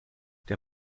der